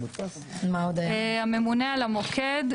הממונה על המוקד.